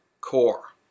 core